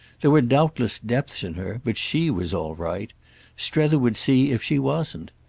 there were doubtless depths in her, but she was all right strether would see if she wasn't.